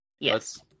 Yes